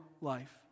life